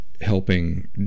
helping